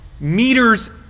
meters